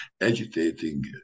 agitating